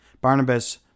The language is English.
Barnabas